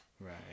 Right